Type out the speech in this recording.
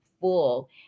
full